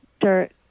dirt